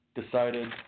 decided